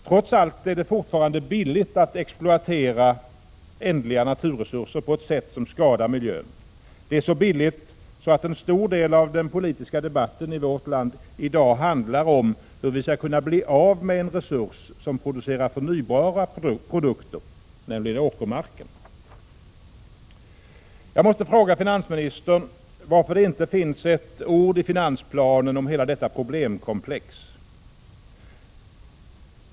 Trots allt är det fortfarande billigt att exploatera ändliga naturresurser på ett sätt som skadar miljön. Det är så billigt att en stor del av den politiska debatten i vårt land i dag handlar om hur vi skall kunna bli av med en resurs som producerar förnybara produkter, nämligen åkermarken. Jag måste fråga finansministern varför det inte finns ett ord i finansplanen om hela detta problemkomplex.